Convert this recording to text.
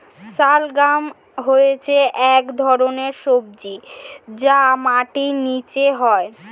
শালগ্রাম হচ্ছে এক ধরনের সবজি যা মাটির নিচে হয়